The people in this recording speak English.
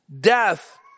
death